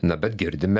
na bet girdime